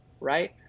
right